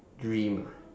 dream ah